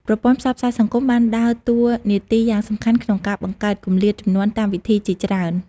ប្រព័ន្ធផ្សព្វផ្សាយសង្គមបានដើរតួនាទីយ៉ាងសំខាន់ក្នុងការបង្កើតគម្លាតជំនាន់តាមវិធីជាច្រើន។